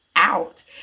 out